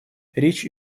речь